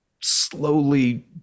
slowly